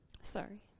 Sorry